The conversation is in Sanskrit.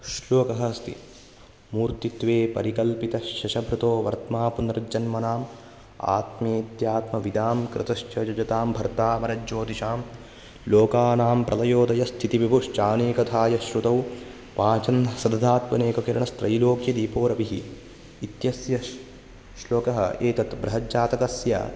श्लोकः अस्ति मूर्तित्वे परिकल्पितश्शशभृतो वर्त्मा पुनर्जन्मनाम् आत्मेत्यात्मविदां कृतश्चरिरतां भर्तावरज्योतिषां लोकानां प्रलयोदयस्थितिविभुश्चानेकधा यः श्रुतौ पाचन्हः सततात्मनेककिरणत्रैलोक्यदीपो रविः इत्यस्य श्लोकः एतत् बृहज्जातकस्य